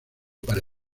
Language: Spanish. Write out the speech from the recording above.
para